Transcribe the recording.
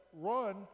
run